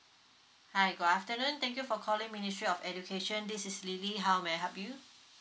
hi good afternoon thank you for calling ministry of education this is lily how may I help you